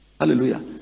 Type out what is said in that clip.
Hallelujah